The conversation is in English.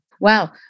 Wow